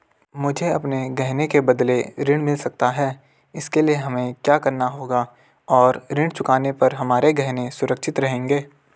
मुझे अपने गहने के बदलें ऋण मिल सकता है इसके लिए हमें क्या करना होगा और ऋण चुकाने पर हमारे गहने सुरक्षित रहेंगे?